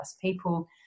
people